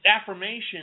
affirmation